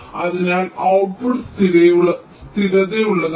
അതിനാൽ ഔട്ട്പുട്ട് സ്ഥിരതയുള്ളതാണ് 0